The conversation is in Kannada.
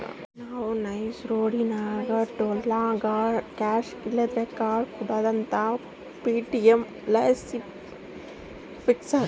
ನಾವು ನೈಸ್ ರೋಡಿನಾಗ ಟೋಲ್ನಾಗ ಕ್ಯಾಶ್ ಇಲ್ಲಂದ್ರ ಕಾರ್ಡ್ ಕೊಡುದಂಗ ಪೇಟಿಎಂ ಲಾಸಿ ಫಾಸ್ಟಾಗ್ಗೆ ರೊಕ್ಕ ಕಳ್ಸ್ಬಹುದು